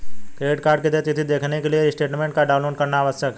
credit card की देय तिथी देखने के लिए स्टेटमेंट को डाउनलोड करना आवश्यक है